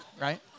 right